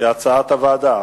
כהצעת הוועדה,